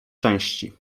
części